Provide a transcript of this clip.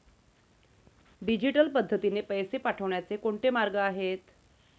Digital पद्धतीने पैसे पाठवण्याचे कोणते मार्ग आहेत?